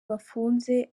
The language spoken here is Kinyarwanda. bafunze